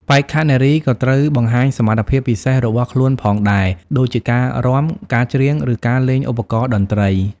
បេក្ខនារីក៏ត្រូវបង្ហាញសមត្ថភាពពិសេសរបស់ខ្លួនផងដែរដូចជាការរាំ ការច្រៀង ឬការលេងឧបករណ៍តន្ត្រី។